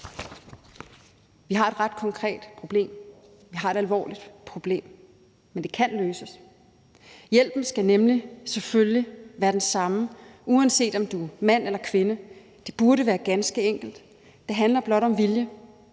Vi har et ret konkret problem, vi har et alvorligt problem, men det kan løses. Hjælpen skal nemlig, selvfølgelig, være den samme, uanset om du er mand eller kvinde. Det burde være ganske enkelt. Det handler blot om vilje,